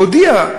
הוא הודיע,